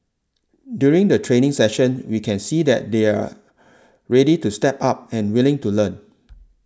during the training sessions we can see that they're ready to step up and willing to learn